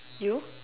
you